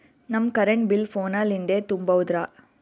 ನಮ್ current bill ಫೋನ ಲಿಂದೇ ತುಂಬೌದ್ರಾ?